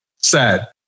Sad